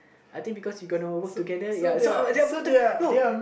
I think because you got no work together ya so uh at that point of time no